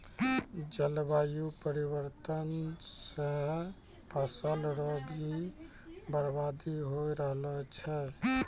जलवायु परिवर्तन से फसल रो भी बर्बादी हो रहलो छै